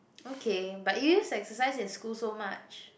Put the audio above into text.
okay but you used to exercise in school so much